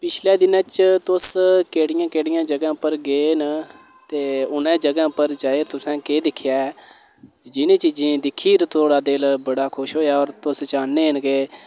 पिच्छले दिनें च तुस केह्डियें केह्डियें जगहें उप्पर गे न ते उ'न्ने जगहें उप्पर जाइयै तुसें केह् दिक्खेआ ऐ जि'नें चीजें ई दिक्खियै थुआढ़ा दिल बड़ा खुश होया होर तुस चाह्न्ने के